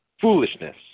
foolishness